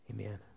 amen